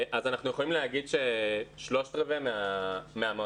אנחנו יכולים להגיד ששלושת רבעים מהמועסקים